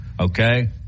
Okay